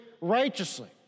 righteously